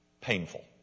painful